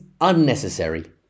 unnecessary